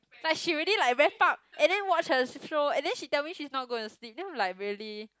like she already like wrap up and then watch her sh~ show and then she tell me she's not gonna sleep then I'm like really